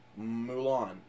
Mulan